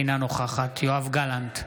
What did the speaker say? אינה נוכחת יואב גלנט,